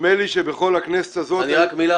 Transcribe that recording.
נדמה לי שבכל הכנסת הזאת --- אני רק במילה